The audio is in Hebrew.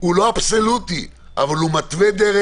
זה לא אבסולוטי, אבל הוא מתווה דרך.